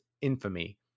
Infamy